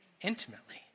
intimately